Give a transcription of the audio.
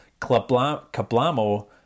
Kablamo